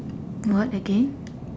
what again